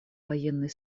военной